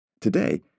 Today